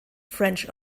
french